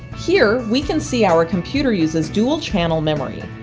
here, we can see our computer uses dual channel memory.